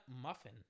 muffin